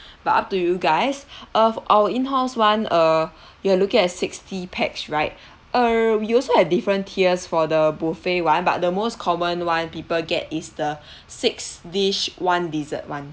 but up to you guys uh our in house [one] err you are looking at sixty pax right err we also have different tiers for the buffet [one] but the most common [one] people get is the six dish [one] dessert [one]